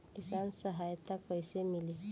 किसान सहायता कईसे मिली?